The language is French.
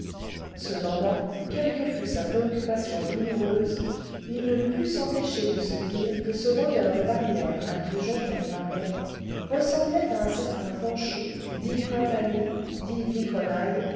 cependant quelle que fût sa préoccupation douloureuse il ne put s'empêcher de se dire que ce rôdeur de barrières à qui jondrette parlait ressemblait à un certain panchaud dit printanier dit bigrenaille